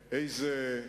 על-פי סעיף 131,